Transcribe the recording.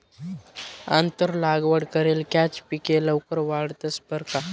आंतर लागवड करेल कॅच पिके लवकर वाढतंस बरं का